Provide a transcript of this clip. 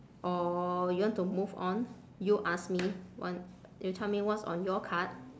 or you want to move on you ask me wha~ you tell me what's on your card